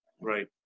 Right